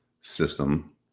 system